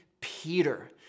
Peter